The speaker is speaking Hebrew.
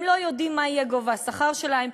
הם לא יודעים מה יהיה גובה השכר שלהם,